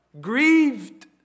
Grieved